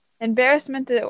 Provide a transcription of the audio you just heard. embarrassment